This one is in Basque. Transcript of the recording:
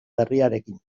berriarekin